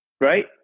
right